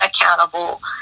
accountable